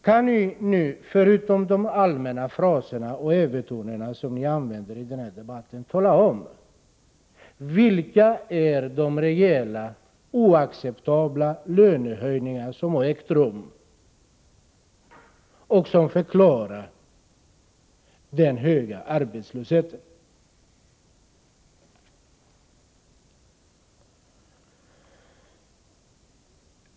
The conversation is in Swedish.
Kan ni nu utöver de allmänna fraser och övertoner som ni använder i den här debatten tala om vilka reella och oacceptabla lönehöjningar som har ägt rum och som förklarar den höga arbetslösheten?